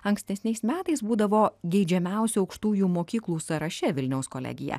ankstesniais metais būdavo geidžiamiausių aukštųjų mokyklų sąraše vilniaus kolegija